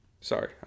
sorry